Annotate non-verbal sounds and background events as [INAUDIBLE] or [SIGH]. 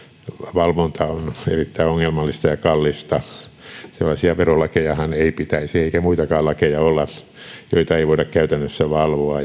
valvonta on erittäin ongelmallista ja kallista sellaisia verolakejahan ei pitäisi olla eikä muitakaan lakeja joita ei voida käytännössä valvoa [UNINTELLIGIBLE]